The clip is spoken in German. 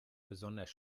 besonders